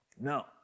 No